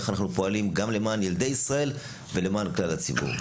איך אנחנו פועלים גם למען ילדי ישראל ולמען כלל הציבור.